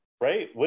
right